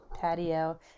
patio